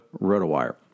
Rotowire